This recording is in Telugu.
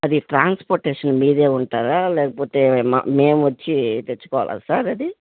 అది ట్రాన్స్పోర్టేషన్ మీదే ఉంటారా లేకపోతే మేము వచ్చి తెచ్చుకోవాలి సార్ అది